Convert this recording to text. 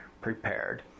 prepared